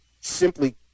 simply